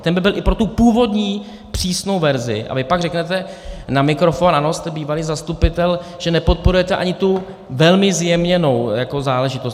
Ten by byl i pro tu původní přísnou verzi, a vy pak řeknete na mikrofon, ano, jste bývalý zastupitel, že nepodporujete ani tu velmi zjemněnou záležitost.